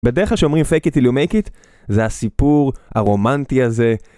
בדרך כלל כשאומרים fake it till you make it, זה הסיפור הרומנטי הזה.